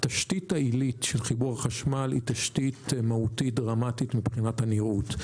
התשתית העילית של חיבור החשמל היא תשתית מהותית דרמטית מבחינת הנראות,